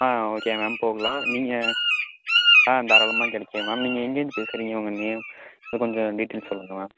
ஆ okay ma'am போகலாம் நீங்கள் ஆ தாராளமாக கிடைக்கும் மேம் நீங்கள் எங்கேருந்து பேசுகிறிங்க உங்கள் நேம் கொஞ்சம் டீட்டெயில்ஸ் சொல்லுங்கள் மேம்